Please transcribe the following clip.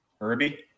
Herbie